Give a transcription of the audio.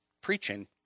preaching